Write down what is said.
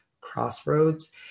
crossroads